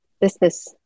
business